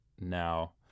now